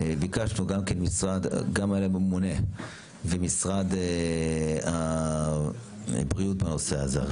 ביקשנו גם כממונה וממשרד הבריאות בנושא הזה,